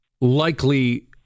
likely